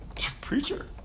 Preacher